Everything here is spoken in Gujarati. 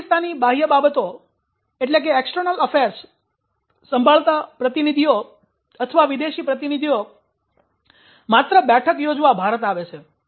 પાકિસ્તાની બાહ્ય બાબતોમુદ્દાઓ સાંભળતા પ્રતિનિધિઓ અથવા વિદેશી પ્રતિનિધિઓ માત્ર બેઠક યોજવા માટે ભારત આવે છે